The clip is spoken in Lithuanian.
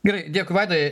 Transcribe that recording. gerai dėkuj vaidai